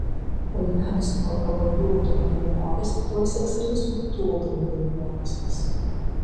o įvedus neva prabangių automobilių mokestį tuoj seks ir visų kitų automobilių mokestis